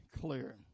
clear